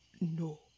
No